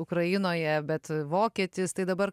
ukrainoje bet vokietis tai dabar